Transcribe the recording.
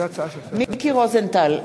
מיקי רוזנטל,